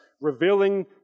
revealing